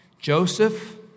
Joseph